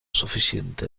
suficiente